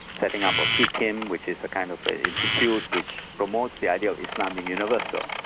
setting up a ikim, which is a kind of institute which promotes the idea of islam universal.